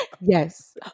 yes